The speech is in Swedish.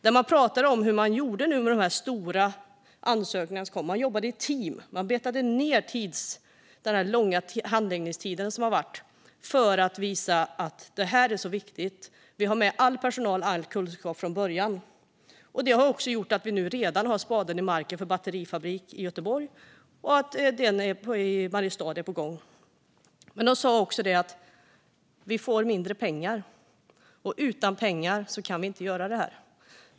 Där pratades det om hur man gjorde med de stora ansökningar som kom in: Man jobbade i team och arbetade ned den långa handläggningstid som har varit, för att visa att detta är viktigt. Man hade med all personal och all kunskap från början. Detta har gjort att spaden redan har satts i marken för en batterifabrik i Göteborg och att det är en på gång i Mariestad. Men man sa också att man får mindre pengar och att man inte kan göra detta utan pengar.